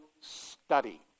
study